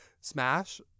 Smash